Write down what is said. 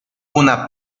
una